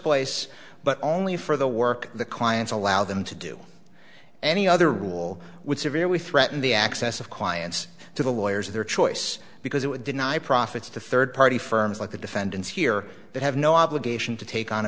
place but only for the work the clients allow them to do any other rule would severely threaten the access of clients to the lawyers of their choice because it would deny profits to third party firms like the defendants here that have no obligation to take on a